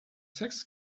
sechs